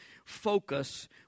focus